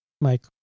Mike